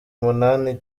umunani